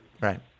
Right